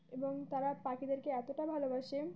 এবং তারা পাখিদেরকে এতটা ভালোবাসে